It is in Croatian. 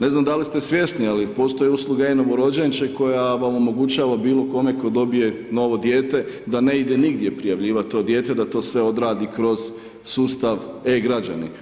Ne znam da li ste svjesni, ali postoje usluge e-novorođenče koja vam omogućava bilo kome tko dobije novo dijete da ne ide nigdje prijavljivat to dijete, da to sve odradi kroz sustav e-građani.